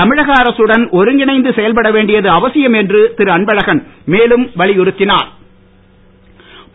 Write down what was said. தமிழக அரகடன் ஒருங்கிணைந்து செயல்பட வேண்டியது அவசியம் என்று திருஅன்பழகன் மேலும் வலியுறத்திஞர்